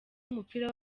w’umupira